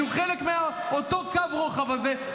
שהוא חלק מקו הרוחב הזה,